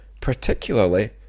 particularly